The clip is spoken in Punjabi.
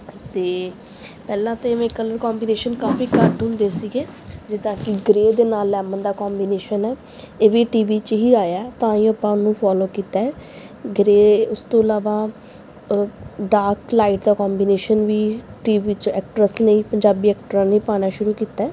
ਅਤੇ ਪਹਿਲਾਂ ਤਾਂ ਮੈਂ ਕਲਰ ਕੋਂਬੀਨੇਸ਼ਨ ਕਾਫੀ ਘੱਟ ਹੁੰਦੇ ਸੀਗੇ ਜਿੱਦਾਂ ਕਿ ਗ੍ਰੇਅ ਦੇ ਨਾਲ ਲੈਮਨ ਦਾ ਕੋਂਬੀਨੇਸ਼ਨ ਹੈ ਇਹ ਵੀ ਟੀ ਵੀ 'ਚ ਹੀ ਆਇਆ ਤਾਂ ਹੀ ਆਪਾਂ ਉਹਨੂੰ ਫੋਲੋ ਕੀਤਾ ਗ੍ਰੇਅ ਉਸ ਤੋਂ ਇਲਾਵਾ ਡਾਕ ਲਾਈਟ ਦਾ ਕੋਂਬੀਨੇਸ਼ਨ ਵੀ ਟੀ ਵੀ 'ਚ ਐਕਟਰਸ ਨੇ ਪੰਜਾਬੀ ਐਕਟਰਾਂ ਨੇ ਪਾਉਣਾ ਸ਼ੁਰੂ ਕੀਤਾ